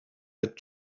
had